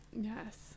yes